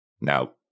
now